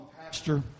Pastor